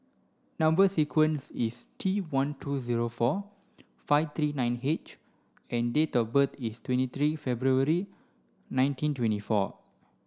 number sequence is T one two zero four five three nine H and date of birth is twenty three February nineteen twenty four